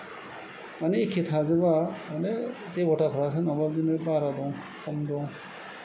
माने एखे थाजोबा माने देबताफोरा सोरनावबा बिदिनो बारा दं खम दं